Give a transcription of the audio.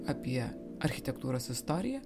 apie architektūros istoriją